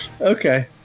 Okay